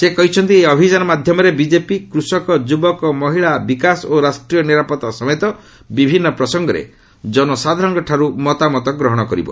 ସେ କହିଛନ୍ତି ଏହି ଅଭିଯାନ ମାଧ୍ୟମରେ ବିଜେପି କୃଷକ ଯୁବକ ମହିଳା ବିକାଶ ଓ ରାଷ୍ଟ୍ରୀୟ ନିରାପତ୍ତା ସମେତ ବିଭିନ୍ନ ପ୍ରସଙ୍ଗରେ ଜନସାଧାରଣଙ୍କଠାର୍ଚ୍ଚ ମତାମତ ଗ୍ରହଣ କରାଯିବ